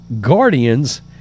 Guardians